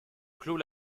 clos